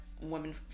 women